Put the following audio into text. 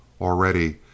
Already